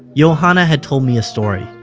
yohanna had told me a story.